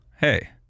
hey